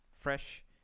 fresh